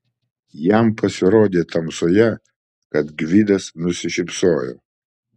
jam pasirodė tamsoje kad gvidas nusišypsojo